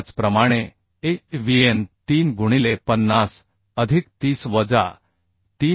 त्याचप्रमाणे avn3 गुणिले 50 अधिक 30 वजा 3